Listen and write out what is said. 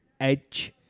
Edge